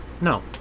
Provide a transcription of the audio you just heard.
No